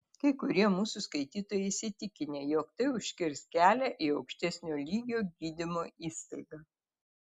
kai kurie mūsų skaitytojai įsitikinę jog tai užkirs kelią į aukštesnio lygio gydymo įstaigą